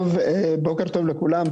בוקר טוב לכולם.